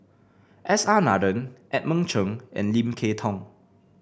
S R Nathan Edmund Cheng and Lim Kay Tong